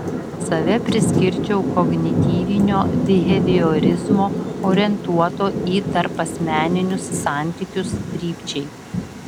save priskirčiau kognityvinio biheviorizmo orientuoto į tarpasmeninius santykius krypčiai